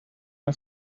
una